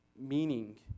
meaning